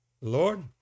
Lord